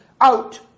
out